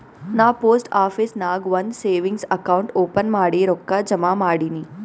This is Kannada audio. ನಾ ಪೋಸ್ಟ್ ಆಫೀಸ್ ನಾಗ್ ಒಂದ್ ಸೇವಿಂಗ್ಸ್ ಅಕೌಂಟ್ ಓಪನ್ ಮಾಡಿ ರೊಕ್ಕಾ ಜಮಾ ಮಾಡಿನಿ